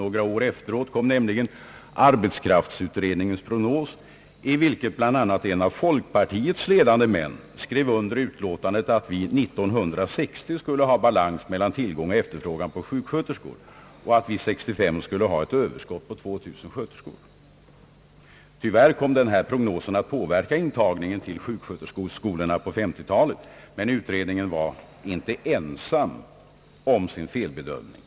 Några år efteråt kom nämligen arbetskraftsutredningens prognos, i vilken bl.a. en av folkpartiets ledande män skrev under utlåtandet om att vi 1960 skulle ha balans mellan tillgång och efterfrågan på sjuksköterskor och att vi 1965 skulle ha ett överskott på 2000 sköterskor. Tyvärr kom den prognosen att påverka intagningen till sjuksköterskeskolorna på 1950-talet. Utredningen var inte ensam om sin felbedömning.